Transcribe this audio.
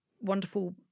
wonderful